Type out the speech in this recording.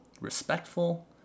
respectful